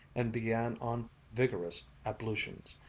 and began on vigorous ablutions.